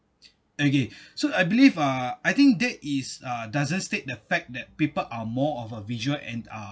okay so I believe uh I think that is uh doesn't state the fact that people are more of a visual and uh